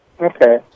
Okay